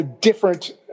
different